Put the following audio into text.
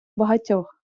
багатьох